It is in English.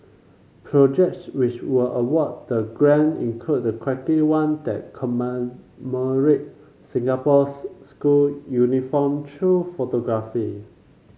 projects which were awarded the grant include a quirky one that commemorate Singapore's school uniform through photography